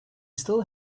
still